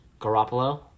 Garoppolo